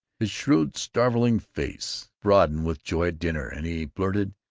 his shrewd starveling face broadened with joy at dinner, and he blurted,